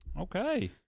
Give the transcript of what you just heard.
Okay